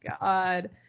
god